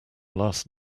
last